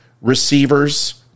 receivers